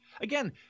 Again